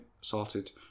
Sorted